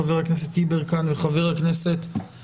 חבר הכנסת יברקן וחבר הכנסת